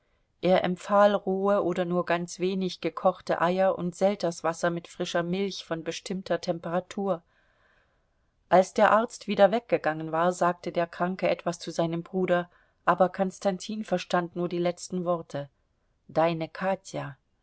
er empfahl rohe oder nur ganz wenig gekochte eier und selterswasser mit frischer milch von bestimmter temperatur als der arzt wieder weggegangen war sagte der kranke etwas zu seinem bruder aber konstantin verstand nur die letzten worte deine katja